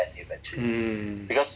mm